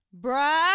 bruh